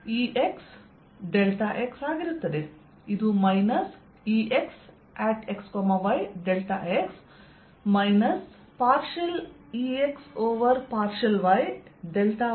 ಆದ್ದರಿಂದ ಇದು minus ExX ಆಗಿರುತ್ತದೆ ಇದು minus Exxy ΔX minus partial Ex over partial y YX ಎಂದು ದೊರೆಯುತ್ತದೆ